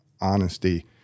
honesty